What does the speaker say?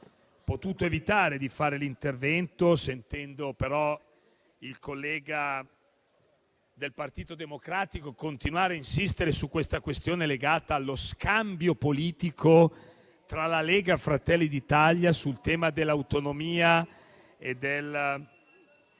potuto evitare di intervenire. Sentendo però il collega del Partito Democratico continuare a insistere sulla questione legata allo scambio politico tra la Lega e Fratelli d'Italia sul tema dell'autonomia e del